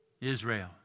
Israel